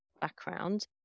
background